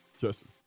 Justin